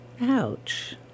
ouch